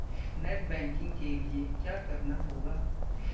Net banking के लिए क्या करना होगा?